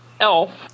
elf